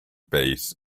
base